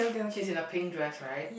she's in a pink dress right